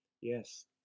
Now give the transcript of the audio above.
Yes